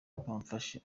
bamfashe